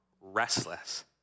restless